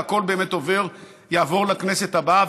והכול באמת יעבור לכנסת הבאה,